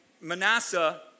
Manasseh